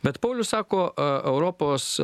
bet paulius sako europos